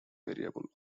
variable